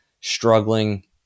struggling